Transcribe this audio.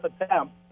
attempt